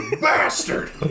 Bastard